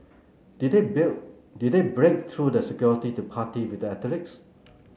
did they did they break through the security to party with the athletes